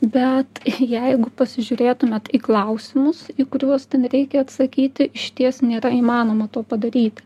bet jeigu pasižiūrėtumėt į klausimus į kuriuos ten reikia atsakyti išties nėra įmanoma to padaryti